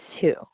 two